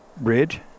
bridge